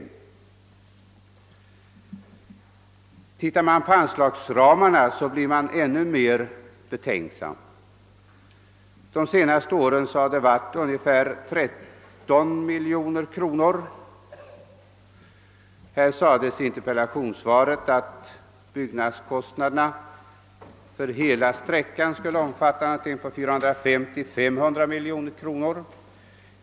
Om man sedan tittar på anslagsra marna blir man ännu mer betänksam. Under de senaste åren har dessa utgjort ungefär 13 miljoner kronor. I interpellationssvaret sägs att byggnadskostnaderna för hela sträckan beräknas uppgå till 450 å 500 miljoner kronor.